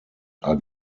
are